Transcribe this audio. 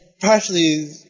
partially